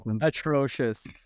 Atrocious